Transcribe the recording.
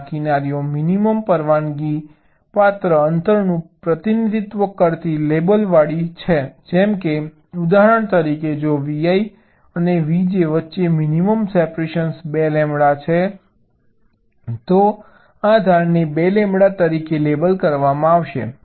અને આ કિનારીઓ મિનિમમ પરવાનગી પાત્ર અંતરનું પ્રતિનિધિત્વ કરતી લેબલવાળી છે જેમ કે ઉદાહરણ તરીકે જો vi અને vj વચ્ચે મિનિમમ સેપરેશન 2 લેમ્બડા છે તો આ ધારને 2 લેમ્બડા તરીકે લેબલ કરવામાં આવશે